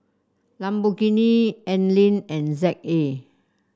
Lamborghini Anlene and Z A